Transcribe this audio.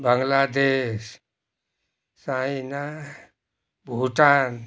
Bangladesh China Bhutan